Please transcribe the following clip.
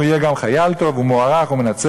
הוא יהיה גם חייל טוב ומוערך ומנצח.